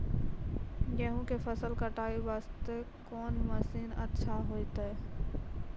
गेहूँ के फसल कटाई वास्ते कोंन मसीन अच्छा होइतै?